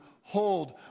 hold